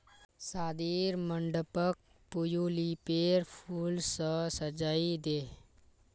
शादीर मंडपक ट्यूलिपेर फूल स सजइ दे